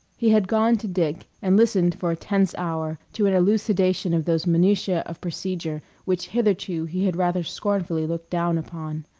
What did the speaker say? he had gone to dick and listened for a tense hour to an elucidation of those minutiae of procedure which hitherto he had rather scornfully looked down upon.